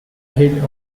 hit